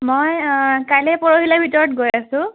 মই কাইলৈ পৰহিলৈ ভিতৰত গৈ আছোঁ